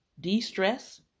de-stress